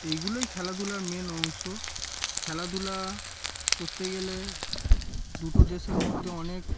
এইগুলোই খেলাধুলার মেন অংশ খেলাধুলা করতে গেলে দুটো দেশের মধ্যে অনেক